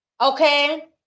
Okay